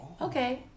okay